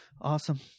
Awesome